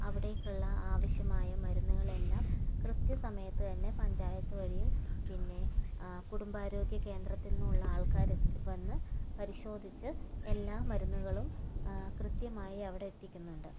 അവിടേക്കുള്ള ആവശ്യമായ മരുന്നുകൾ എല്ലാം കൃത്യ സമയത്ത് തന്നെ പഞ്ചായത്ത് വഴിയും പിന്നെ കുടുംബാരോഗ്യ കേന്ദ്രത്തിന്നുള്ള ആൾക്കാർ എത്ത് വന്ന് പരിശോധിച്ചു എല്ലാം മരുന്നുകളും കൃത്യമായി അവിടെ എത്തിക്കുന്നുണ്ട്